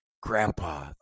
Grandpa